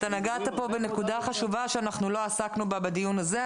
נגעת בנקודה חשובה שלא עסקנו בה בדיון הזה,